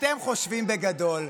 אתם חושבים בגדול: